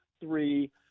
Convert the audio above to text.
three